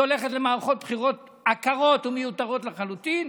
הולכת למערכות בחירות עקרות ומיותרות לחלוטין,